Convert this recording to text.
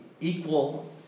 equal